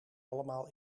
allemaal